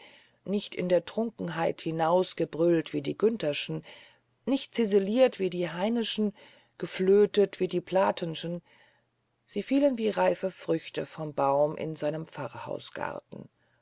nicht in der trunkenheit herausgebrüllt wie die güntherschen nicht ziseliert wie die heineschen geflötet wie die platenschen sie fielen wie reife früchte vom baum in seinen